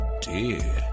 dear